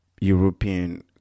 European